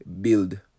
build